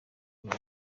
urwo